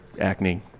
acne